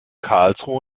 karlsruhe